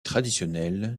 traditionnel